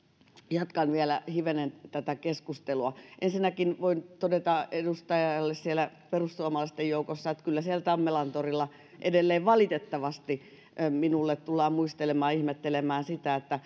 jatkan vielä hivenen tätä keskustelua ensinnäkin voin todeta edustajalle siellä perussuomalaisten joukossa että kyllä siellä tammelantorilla edelleen valitettavasti minulle tullaan muistelemaan ihmettelemään sitä että